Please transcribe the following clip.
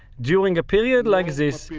during a period like this,